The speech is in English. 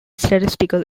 statistical